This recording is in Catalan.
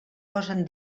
gosen